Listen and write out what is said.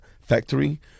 Factory